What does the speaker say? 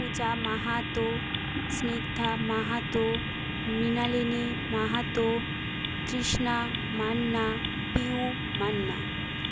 Puja Mahato Snigdha Mahato Mrinalini Mahato Krishna Manna Piu Manna